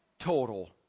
total